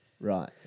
Right